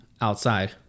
outside